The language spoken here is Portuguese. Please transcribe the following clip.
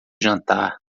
jantar